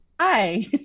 Hi